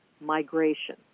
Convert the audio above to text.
migration